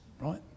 right